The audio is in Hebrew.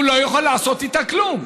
הוא לא יוכל לעשות איתה כלום.